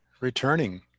returning